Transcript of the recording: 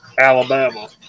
Alabama